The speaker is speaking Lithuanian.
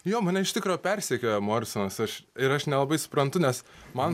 jo mane iš tikro persekioja morisonas aš ir aš nelabai suprantu nes man